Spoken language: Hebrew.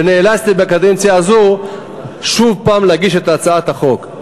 ונאלצתי להגיש שוב בקדנציה הזו את הצעת החוק.